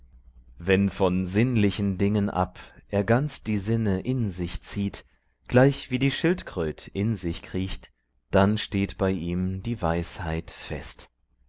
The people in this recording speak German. wenn von sinnlichen dingen ab er ganz die sinne in sich zieht gleichwie die schildkröt in sich kriecht dann steht bei ihm die weisheit fest